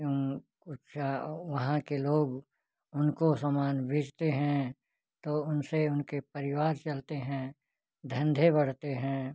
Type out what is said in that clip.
उच्छा वहाँ के लोग उनको सामान बेचते हैं तो उनसे उनके परिवार चलते हैं धंधे बढ़ते हैं